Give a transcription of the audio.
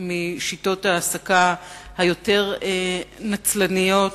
משיטות ההעסקה היותר נצלניות,